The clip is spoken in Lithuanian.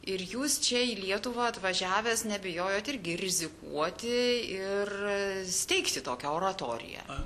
ir jūs čia į lietuvą atvažiavęs nebijojot irgi rizikuoti ir steigti tokią oratoriją